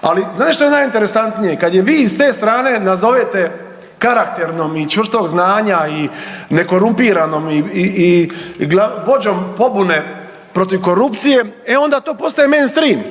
Ali znate što je najinteresantnije? Kada je vi iz te strane nazovete karakternom, i čvrstog znanja, i nekorumpiranom, i vođom pobune protiv korupcije e onda to postaje mainstream.